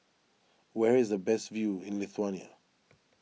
where is the best view in Lithuania